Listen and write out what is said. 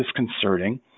disconcerting